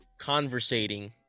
conversating